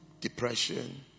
Depression